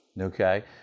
Okay